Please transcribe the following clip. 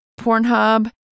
Pornhub